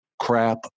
Crap